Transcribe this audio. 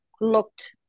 looked